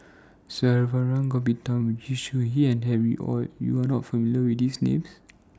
Saravanan Gopinathan Yu Zhuye and Harry ORD YOU Are not familiar with These Names